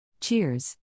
Cheers